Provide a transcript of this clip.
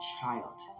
child